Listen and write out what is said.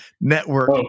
network